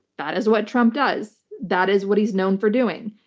that is what trump does. that is what he's known for doing.